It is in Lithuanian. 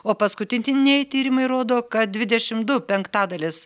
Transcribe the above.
o paskutintinieji tyrimai rodo kad dvidešimt du penktadalis